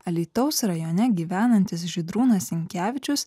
alytaus rajone gyvenantis žydrūnas sinkevičius